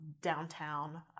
downtown